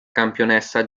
campionessa